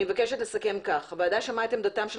אני מבקשת לסכם כך: הוועדה שמעה את עמדתם של